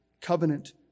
covenant